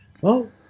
well-